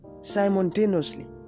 simultaneously